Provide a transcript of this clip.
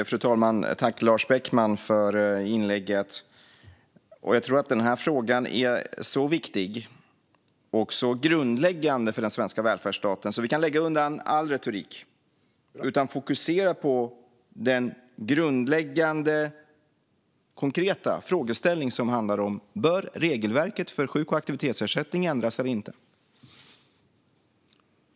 Fru talman! Tack, Lars Beckman, för inlägget! Den här frågan är så viktig och så grundläggande för den svenska välfärdsstaten att vi kan lägga undan all retorik. Vi kan fokusera på den grundläggande konkreta frågeställning som handlar om: Bör regelverket för sjuk och aktivitetsersättning ändras eller inte?